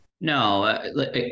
No